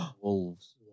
Wolves